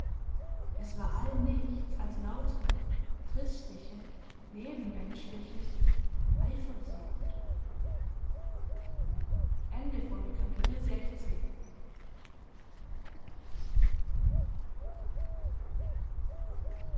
es war all nichts als lauter christliche nebenmenschliche eifersucht